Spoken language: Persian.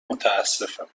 متاسفم